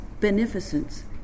beneficence